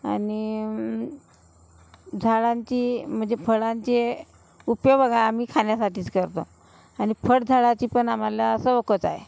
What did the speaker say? आणि झाडांची म्हणजे फळांचे उपयोग बघा आम्ही खाण्यासाठीच करतो आणि फळझाडांची पण आम्हाला शौकच आहे